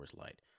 Light